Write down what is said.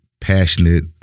passionate